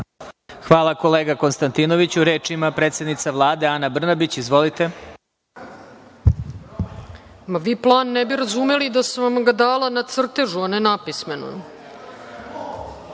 Hvala, kolega Konstantinoviću. Reč ima predsednica Vlade, Ana Brnabić. Izvolite. **Ana Brnabić** Vi plan ne biste razumeli ni da sam vam ga dala na crtežu, a ne napismeno.